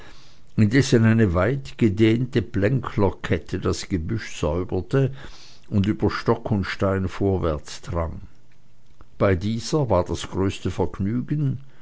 indessen eine weitgedehnte plänklerkette das gebüsch säuberte und über stock und stein vorwärtsdrang bei dieser war das größte vergnügen